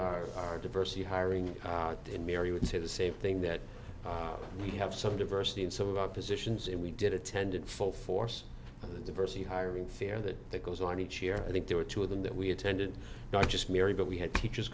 our our diversity hiring in mary would say the same thing that we have some diversity in some of our positions and we did attended full force in the diversity hiring fair that goes on each year i think there were two of them that we attended not just mary but we had teachers